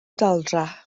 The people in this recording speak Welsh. daldra